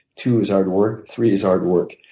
two is hard work, three is hard work.